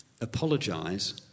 apologise